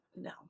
no